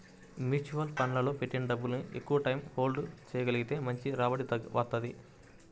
mutual ఫండ్లలో పెట్టిన డబ్బుని ఎక్కువటైయ్యం హోల్డ్ చెయ్యగలిగితే మంచి రాబడి వత్తది